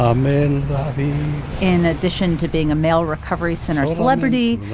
um in in addition to being a mail recovery center celebrity,